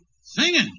Singing